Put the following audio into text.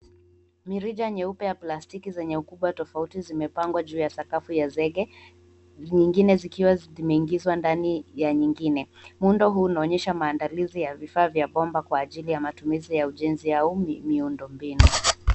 Mirija mieupe ya plastiki yenye ukubwa tofauti zimepangwa juu ya sakafu ya zege nyingine zikiwa zimeingizwa ndani ya nyingine. Muundo huu unaonyesha maandalizi ya vifaa vya bomba kwa ajili ya matumizi ya ujenzi au miundo mbinu.